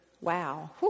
Wow